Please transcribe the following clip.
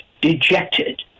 dejected